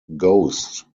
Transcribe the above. ghost